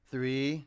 Three